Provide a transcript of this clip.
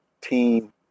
team